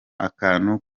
akantu